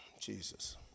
Jesus